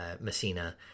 Messina